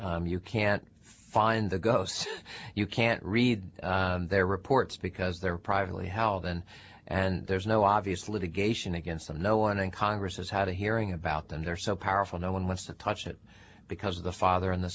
ghost you can't find the ghosts you can't read their reports because they're privately held and and there's no obvious litigation against them no one in congress has had a hearing about them they're so powerful no one wants to touch it because of the father and the